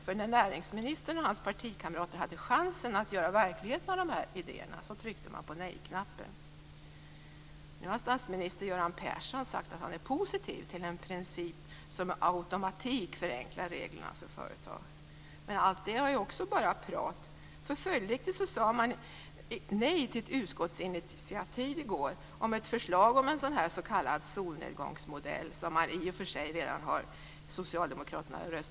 När näringsministern och hans partikamrater hade chansen att göra verklighet av dessa idéer tryckte de på nej-knappen. Nu har statsminister Göran Persson sagt att han är positiv till en princip som med automatik förenklar reglerna för företag. Men allt det är också bara prat. Följdriktigt sade man i går nej till ett utskottsinitiativ om ett förslag om en s.k. solnedgångsmodell.